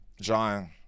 John